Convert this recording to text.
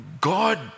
God